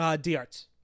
D-Arts